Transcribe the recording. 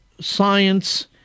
science